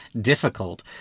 difficult